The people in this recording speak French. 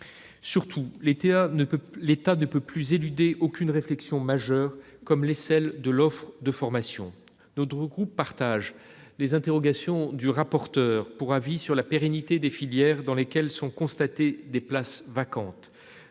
Surtout, l'État ne peut plus éluder aucune réflexion majeure comme l'est celle de l'offre de formation. Notre groupe partage les interrogations du rapporteur pour avis de la commission de la culture sur la pérennité des filières dans lesquelles sont constatées des places vacantes.